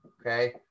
okay